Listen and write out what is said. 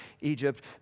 Egypt